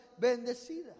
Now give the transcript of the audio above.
bendecida